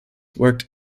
worked